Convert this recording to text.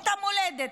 את המולדת,